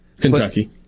Kentucky